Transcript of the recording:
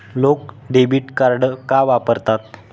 लोक debit card का वापरतात?